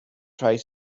try